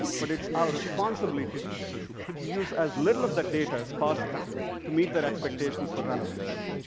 but it's our responsibility to use as little of the data as possible to meet the expectations for relevance.